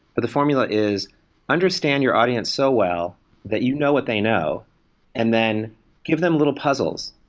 but the formula is understand your audience so well that you know what they know and then give them little puzzles,